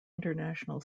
international